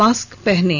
mask पहनें